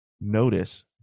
notice